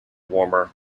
warmer